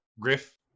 Griff